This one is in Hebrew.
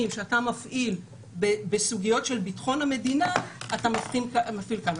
שאתה מפעיל בסוגיות של ביטחון המדינה אתה מפעיל כאן.